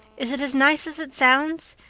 is it as nice as it sounds?